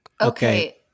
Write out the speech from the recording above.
Okay